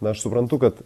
na aš suprantu kad